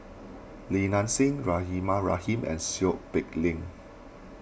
Li Nanxing Rahimah Rahim and Seow Peck Leng